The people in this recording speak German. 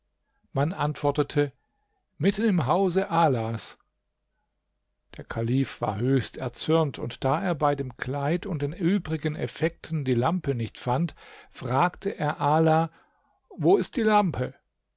man antwortete mitten im hause alas der kalif war höchst erzürnt und da er bei dem kleid und den übrigen effekten die lampe nicht fand frage er ala wo ist die lampe